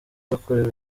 bakorewe